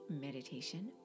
Meditation